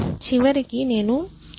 చివరికి నేను 4 కాండిడేట్ లను చూడాలి